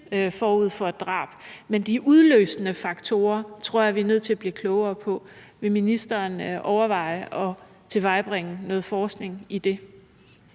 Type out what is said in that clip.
forud for et drab. Men de udløsende faktorer tror jeg vi er nødt til at blive klogere på. Vil ministeren overveje at tilvejebringe noget forskning i det?